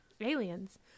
aliens